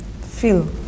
feel